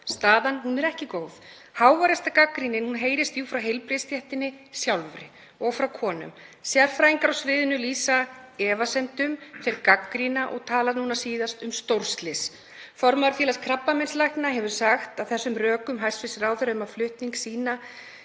Staðan er ekki góð. Háværasta gagnrýnin heyrist frá heilbrigðisstéttinni sjálfri og frá konum. Sérfræðingar á sviðinu lýsa efasemdum, þeir gagnrýna og tala nú síðast um stórslys. Formaður Félags krabbameinslækna hefur sagt að rökum hæstv. ráðherra um flutning sýna